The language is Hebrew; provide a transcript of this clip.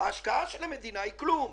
ההשקעה של המדינה היא כלום.